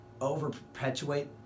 over-perpetuate